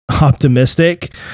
optimistic